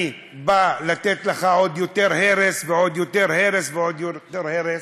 אני בא לתת לך עוד יותר הרס ועוד יותר הרס ועוד יותר הרס.